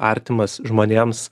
artimas žmonėms